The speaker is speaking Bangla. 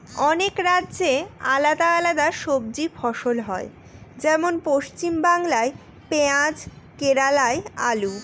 অনেক রাজ্যে আলাদা আলাদা সবজি ফসল হয়, যেমন পশ্চিমবাংলায় পেঁয়াজ কেরালায় আলু